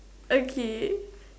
okay